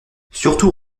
surtout